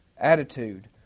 attitude